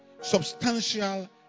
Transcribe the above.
substantial